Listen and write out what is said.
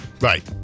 Right